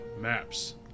maps